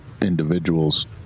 individuals